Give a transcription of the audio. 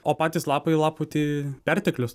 o patys lapai lapų tai perteklius